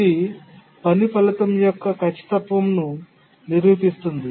ఇది పని ఫలితం యొక్క ఖచ్చితత్వం ను నిరూపిస్తుంది